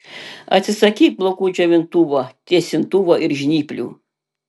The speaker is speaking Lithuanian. atsisakyk plaukų džiovintuvo tiesintuvo ir žnyplių